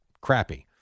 crappy